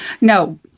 No